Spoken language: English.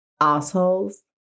assholes